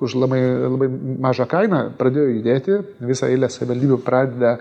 už labai labai mažą kainą pradėjo judėti visa eilė savivaldybių pradeda